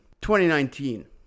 2019